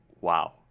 Wow